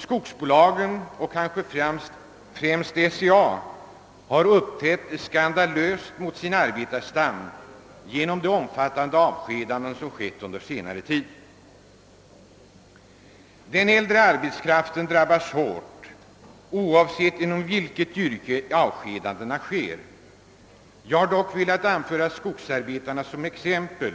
Skogsbolagen, och kanske främst SCA, har uppträtt skandalöst mot sin arbetarstam genom de omfattande avskedanden som har företagits under senare tid. Den äldre arbetskraften drabbas hårt oavsett inom vilket yrke avskedandena sker. Jag har dock velat anföra skogsarbetarna som exempel,